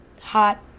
hot